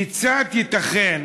כיצד ייתכן